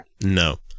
No